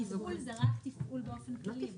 התפעול זה רק תפעול באופן כללי.